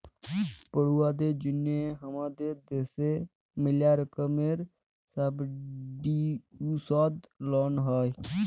পড়ুয়াদের জন্যহে হামাদের দ্যাশে ম্যালা রকমের সাবসিডাইসদ লন হ্যয়